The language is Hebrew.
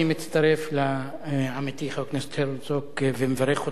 אני מצטרף לעמיתי חבר הכנסת הרצוג ומברך אותך.